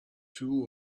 two